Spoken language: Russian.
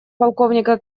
полковника